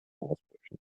ausbrüchen